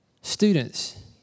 Students